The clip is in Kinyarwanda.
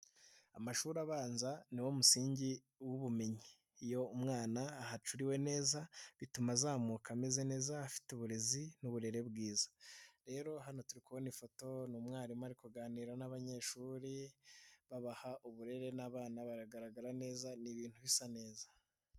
Amashuri abanza ni wo musingi w'ubumenyi, iyo umwana ahacuriwe neza bituma azamuka ameze neza afite uburezi n'uburere bwiza. Rero hano, turi kubona ifoto, ni umwarimu ari kuganira n'abanyeshuri babaha uburere n'abana baragaragara neza, ni ibintu bisa neza.